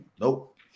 Nope